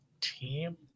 team